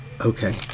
okay